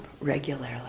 regularly